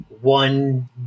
one